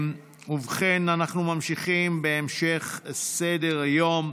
אנחנו ממשיכים בסדר-היום,